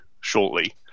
shortly